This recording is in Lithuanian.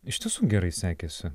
iš tiesų gerai sekėsi